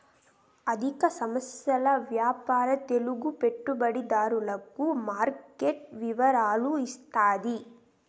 ఆర్థిక సంస్థల వ్యాపార తెలుగు పెట్టుబడిదారులకు మార్కెట్ వివరాలు ఇత్తాది